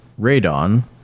Radon